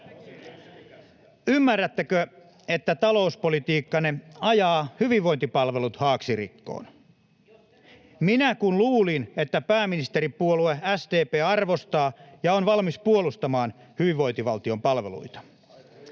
Ymmärrättekö, että talouspolitiikkanne ajaa hyvinvointipalvelut haaksirikkoon? Minä kun luulin, että pääministeripuolue SDP arvostaa ja on valmis puolustamaan hyvinvointivaltion palveluita.